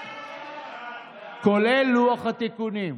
כולל לוח התיקונים,